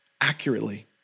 accurately